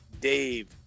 Dave